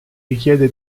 richiede